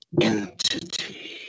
entity